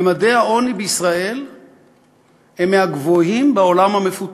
ממדי העוני בישראל הם מהגבוהים בעולם המפותח.